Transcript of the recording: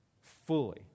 fully